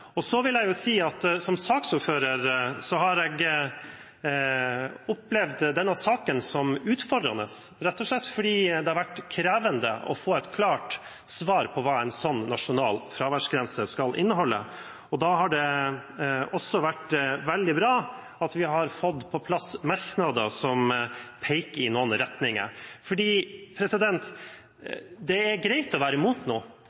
prinsippet. Så vil jeg si at jeg som saksordfører har opplevd denne saken som utfordrende, rett og slett fordi det har vært krevende å få et klart svar på hva en sånn nasjonal fraværsgrense skal inneholde. Da har det vært veldig bra at vi har fått på plass merknader som peker i noen retninger. For det er greit å være mot